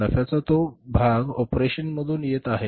नफ्याचा तो भाग ऑपरेशनमधून येत आहे